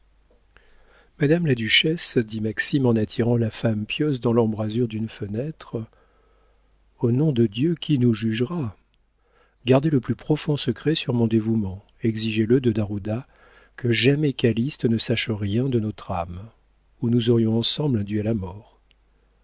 madame la duchesse dit maxime en attirant la femme pieuse dans l'embrasure d'une fenêtre au nom de dieu qui nous jugera gardez le plus profond secret sur mon dévouement exigez le de d'ajuda que jamais calyste ne sache rien de nos trames ou nous aurions ensemble un duel à mort